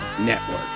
Network